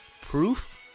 proof